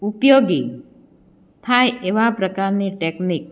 ઉપયોગી થાય એવા પ્રકારની ટેકનિક